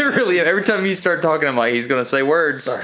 ah really and every time you start talking, i'm like he's gonna say words.